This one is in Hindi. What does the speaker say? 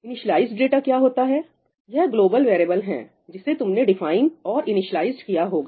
इनिस्लाइजड डाटा क्या होता है यह ग्लोबल वेरिएबल है जिसे तुमने डिफाइन और इनिस्लाइजड किया होगा